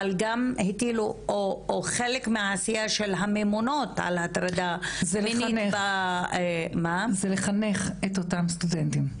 אבל חלק מהעשייה של הממונות על הטרדה --- זה לחנך את אותם סטודנטים?